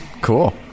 Cool